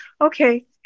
Okay